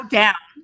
down